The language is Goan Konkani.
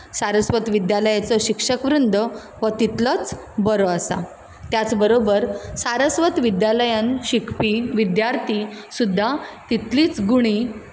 सारस्वत विद्यालयाचो शिक्षक वृद्द हो तितलोच बरो आसा त्याच बरोबर सारस्वत विद्यालयांत शिकपी विद्यार्थी सुद्दां तितलीच गुणी